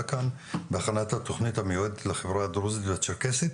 כאן בהכנת התכנית שמיועדת לחברה הדרוזית והצ'רקסית.